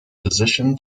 physician